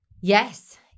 Yes